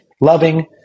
loving